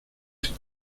tipo